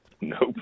nope